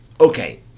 Okay